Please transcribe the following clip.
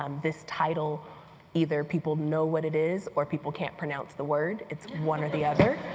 um this title either people know what it is, or people can't pronounce the word. it's one or the other